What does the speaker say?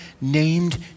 named